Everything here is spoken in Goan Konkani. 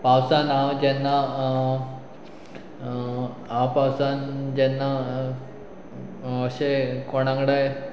पावसान हांव जेन्ना हांव पावसान जेन्ना अशें कोणांगडाय